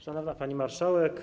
Szanowna Pani Marszałek!